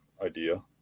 idea